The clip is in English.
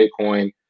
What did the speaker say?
Bitcoin